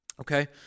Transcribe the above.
okay